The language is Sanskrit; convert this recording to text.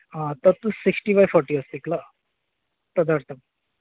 तत्तु शिक्स्टि बै फ़ाटि अस्ति किल तदर्थं